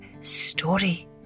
Story